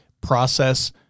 process